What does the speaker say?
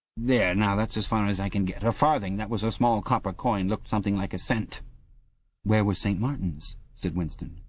there, now, that's as far as i can get. a farthing, that was a small copper coin, looked something like a cent where was st. martin's said winston.